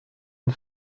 une